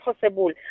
possible